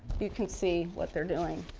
you can see what they're doing.